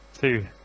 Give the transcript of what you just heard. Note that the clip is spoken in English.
Two